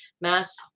mass